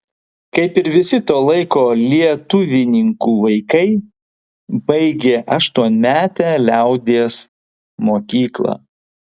kaip ir visi to laiko lietuvininkų vaikai baigė aštuonmetę liaudies mokyklą